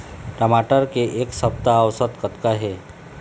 टमाटर के एक सप्ता औसत कतका हे?